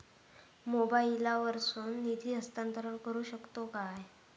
मोबाईला वर्सून निधी हस्तांतरण करू शकतो काय?